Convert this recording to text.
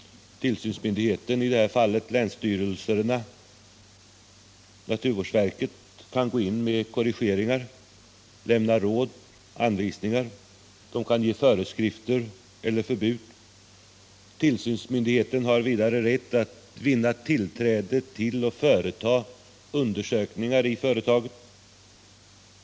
Tillsynsmyndigheterna, i detta fall länsstyrelserna och naturvårdsverket, kan gå in med korrigeringar, lämna råd och anvisningar, ge föreskrifter eller utfärda förbud. Tillsynsmyndigheterna har vidare rätt att vinna tillträde till och företa undersökningar i företaget.